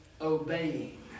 obeying